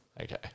Okay